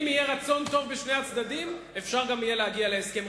אם יהיה רצון טוב בשני הצדדים יהיה גם אפשר להגיע להסכם.